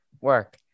work